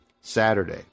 Saturday